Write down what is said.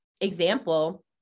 example